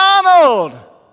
Donald